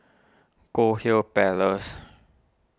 Goldhill Place